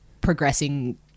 progressing